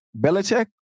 Belichick